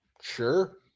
sure